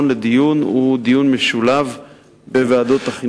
לדיון הוא פורום משולב של ועדות החינוך והפנים.